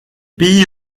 pays